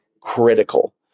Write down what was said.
critical